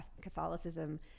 Catholicism